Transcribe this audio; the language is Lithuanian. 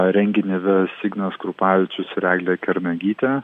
renginį ves ignas krupavičius ir eglė kernagytė